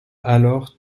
alors